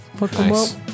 Nice